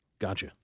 Gotcha